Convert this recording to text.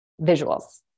visuals